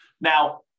Now